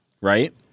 right